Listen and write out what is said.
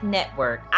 Network